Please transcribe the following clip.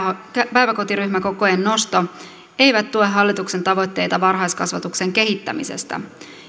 päiväkotiryhmäkokojen nosto eivät tue hallituksen tavoitteita varhaiskasvatuksen kehittämisestä